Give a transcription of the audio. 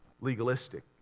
legalistic